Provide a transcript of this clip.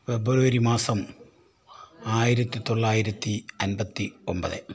ഫെബ്രുവരി മാസം ആയിരത്തി തൊള്ളായിരത്തി അൻപത്തി ഒൻപത്